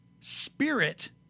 spirit